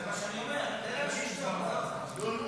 זה מה שאני אומר, תן להם שישנו, עזוב.